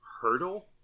hurdle